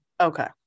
Okay